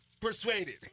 persuaded